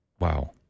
Wow